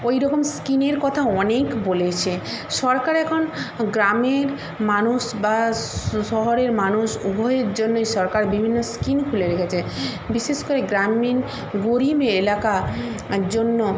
ওইরকম স্কিমের কথা অনেক বলেছে সরকার এখন গ্রামের মানুষ বা শহরের মানুষ উভয়ের জন্যই সরকার বিভিন্ন স্কিম খুলে রেখেছে বিশেষ করে গ্রামীণ গরিব এলাকা জন্য